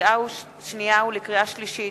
לקריאה שנייה ולקריאה שלישית,